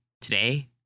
today